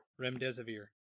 Remdesivir